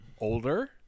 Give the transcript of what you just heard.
older